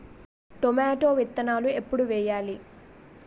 Tomato విత్తనాలు ఎప్పుడు వెయ్యాలి?